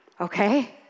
okay